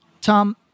Tom